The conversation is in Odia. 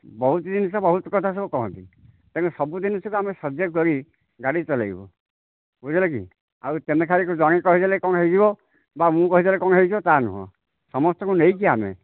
ବହୁତ ଜିନିଷ ବହୁତ କଥା ସବୁ କହନ୍ତି ତେଣୁ ସବୁ ଜିନିଷକୁ ଆମେ ସଜାଗ କରି ଗାଡ଼ି ଚଲାଇବୁ ବୁଝିଲ କି ଆଉ ତେମେ ଖାଲି ଜଣେ କହିଲେ କ'ଣ ହୋଇଯିବ ବା ମୁଁ କହିଦେଲେ କ'ଣ ହୋଇଯିବ ତାହା ନୁହଁ ସମସ୍ତଙ୍କୁ ନେଇକି ଆମେ